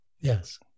Yes